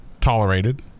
tolerated